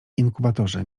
inkubatorze